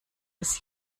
des